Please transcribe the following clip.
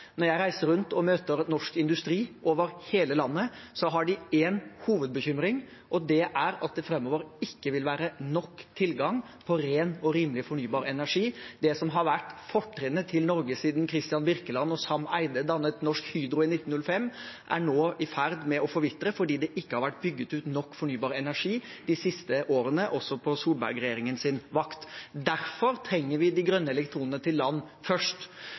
Når jeg reiser rundt og møter norsk industri over hele landet, har de én hovedbekymring, og det er at det framover ikke vil være nok tilgang på ren og rimelig fornybar energi. Det som har vært fortrinnet til Norge siden Kristian Birkeland og Sam Eyde dannet Norsk Hydro i 1905, er nå i ferd med å forvitre fordi det ikke har vært bygget ut nok fornybar energi de siste årene, også på Solberg-regjeringens vakt. Derfor trenger vi de grønne elektronene til land først.